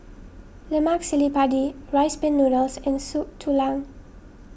Lemak Cili Padi Rice Pin Noodles and Soup Tulang